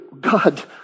God